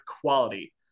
quality